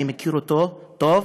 אני מכיר אותו טוב,